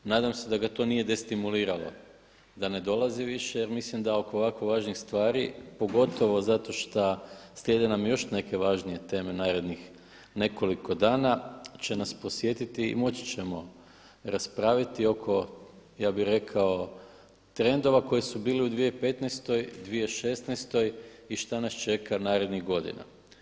Nadam se da ga to nije destimuliralo da ne dolazi više, jer mislim da oko ovako važnih stvari, pogotovo zato šta slijede nam još neke važnije teme narednih nekoliko dana će nas posjetiti i moći ćemo raspraviti oko ja bih rekao trendova koji su bili u 2015., 2016. i šta nas čeka narednih godina.